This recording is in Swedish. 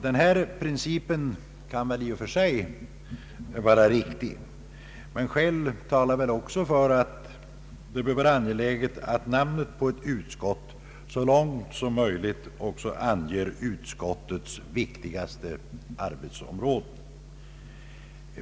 Den principen kan i och för sig vara riktig, men skäl talar också för att det bör vara angeläget att namnet på ett utskott så långt som möjligt anger utskottets viktigaste arbetsområde.